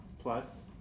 Plus